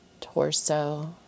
torso